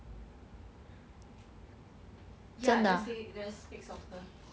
真的 ah